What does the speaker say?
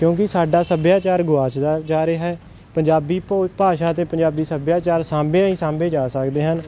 ਕਿਉਂਕਿ ਸਾਡਾ ਸੱਭਿਆਚਾਰ ਗੁਵਾਚਦਾ ਜਾ ਰਿਹਾ ਹੈ ਪੰਜਾਬੀ ਭੋ ਭਾਸ਼ਾ ਅਤੇ ਪੰਜਾਬੀ ਸੱਭਿਆਚਾਰ ਸਾਂਭਿਆ ਹੀ ਸਾਂਭੇ ਜਾ ਸਕਦੇ ਹਨ